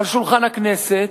על שולחן הכנסת,